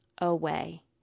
away